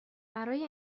برای